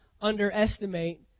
underestimate